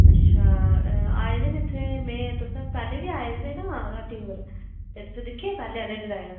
अच्छा आए दे न इत्थै में तुसें पैहले बी आए दे न हट्टी पर ते तुसें दिक्खेआ पैहले आह्ले डिजाइन